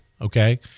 Okay